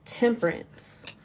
Temperance